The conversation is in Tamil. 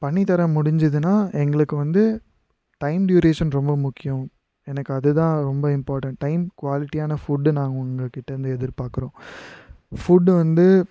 பண்ணித்தர முடிஞ்சுதுனா எங்களுக்கு வந்து டைம் டுயூரியேஷன் ரொம்ப முக்கியம் எனக்கு அது தான் ரொம்ப இம்பார்ட்டண்ட் டைம் குவாலிட்டியான ஃபுட்டு நாங்கள் உங்கள் கிட்டே இருந்து எதிர் பாக்கிறோம் ஃபுட்டு வந்து